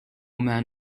man